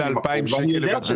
איך הגעת ל-2,600 שקלים?